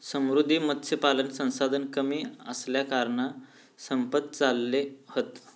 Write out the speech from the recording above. समुद्री मत्स्यपालन संसाधन कमी असल्याकारणान संपत चालले हत